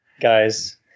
guys